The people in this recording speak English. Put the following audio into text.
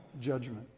judgment